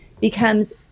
becomes